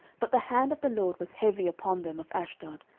but the hand of the lord was heavy upon them of ashdod,